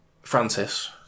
Francis